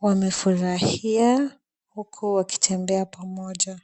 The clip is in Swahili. Wamefurahia huku wakitembea pamoja.